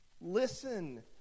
Listen